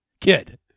Kid